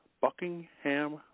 Buckingham